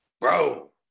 Bro